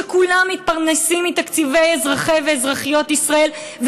שכולם מתפרנסים מתקציבי אזרחי ואזרחיות ישראל,